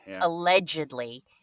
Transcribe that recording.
Allegedly